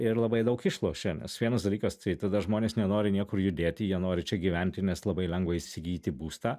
ir labai daug išlošia nes vienas dalykas tai tada žmonės nenori niekur judėti jie nori čia gyventi nes labai lengva įsigyti būstą